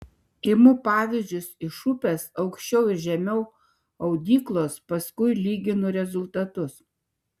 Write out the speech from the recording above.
imu pavyzdžius iš upės aukščiau ir žemiau audyklos paskui lyginu rezultatus